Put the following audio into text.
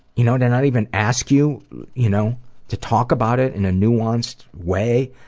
you know to not even ask you you know to talk about it in a nuanced way.